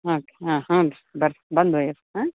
okay ಹಾಂ ಹಾಂ ರೀ ಬರ್ರಿ ಬಂದು ಒಯ್ಯಿರಿ ಹಾಂ